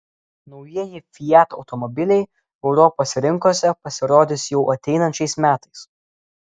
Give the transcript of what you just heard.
naujieji fiat automobiliai europos rinkose pasirodys jau ateinančiais metais